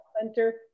hunter